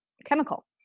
chemical